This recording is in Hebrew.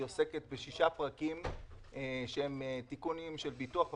היא עוסקת בשישה פרקים שהם תיקונים של ביטוח אבטלה,